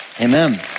amen